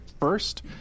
first